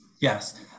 Yes